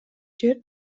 жер